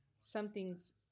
something's